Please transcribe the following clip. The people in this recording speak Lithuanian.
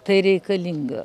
tai reikalinga